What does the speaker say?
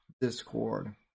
Discord